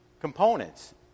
components